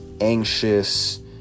anxious